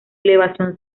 elevación